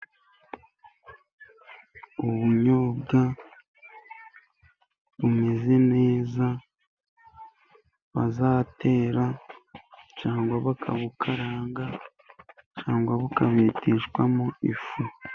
Ubunyobwa bumeze neza bazatera cyangwa bakabukaranga, cyangwa bukabeteshwamo ifu.